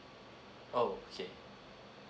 oh okay